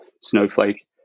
Snowflake